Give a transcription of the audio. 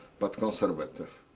but conservative.